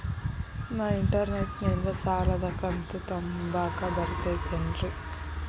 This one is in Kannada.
ನಾ ಇಂಟರ್ನೆಟ್ ನಿಂದ ಸಾಲದ ಕಂತು ತುಂಬಾಕ್ ಬರತೈತೇನ್ರೇ?